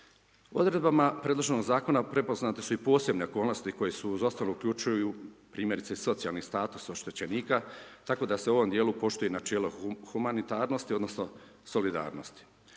Odredbama predloženog zakona prepoznate su i posebne okolnosti koje uključuju primjerice socijalni status oštećenika tako da se u ovom djelu poštuje načelo humanitarnosti, odnosno solidarnosti.